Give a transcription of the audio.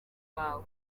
bawe